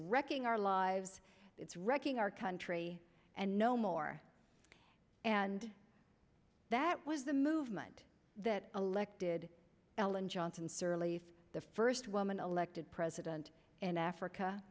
wrecking our lives it's wrecking our country and no more and that was the movement that elected ellen johnson sirleaf the first woman elected president in africa